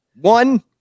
One